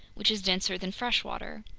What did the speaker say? which is denser than fresh water.